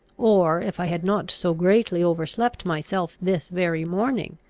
or if i had not so greatly overslept myself this very morning,